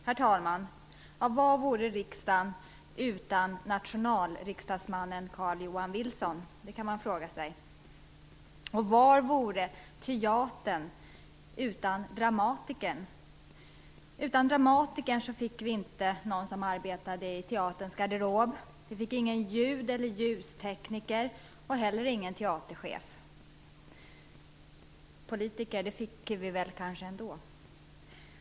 Herr talman! Vad vore riksdagen utan nationalriksdagsmannen Carl-Johan Wilson? Det kan man fråga sig. Och vad vore teatern utan dramatikern. Utan dramatikern fick vi ingen som arbetade i teaterns garderob. Vi fick ingen ljud eller ljustekniker, och heller ingen teaterchef. Politiker fick vi väl kanske ändå.